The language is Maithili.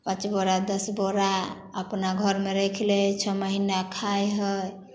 पाँच बोरा दस बोरा अपना घरमे राखि लै हइ छओ महिना खाइ हइ